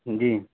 جی